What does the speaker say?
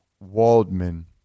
Waldman